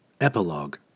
Epilogue